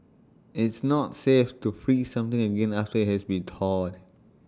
it's not safe to freeze something again after IT has been thawed